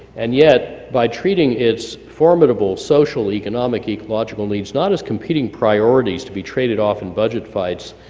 and yet by treating its formidable, social, economic, ecological needs not as competing priorities to be traded off in budget fights,